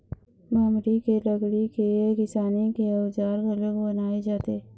बमरी के लकड़ी के किसानी के अउजार घलोक बनाए जाथे